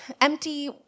empty